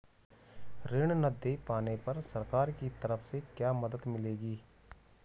ऋण न दें पाने पर सरकार की तरफ से क्या मदद मिलेगी?